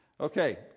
Okay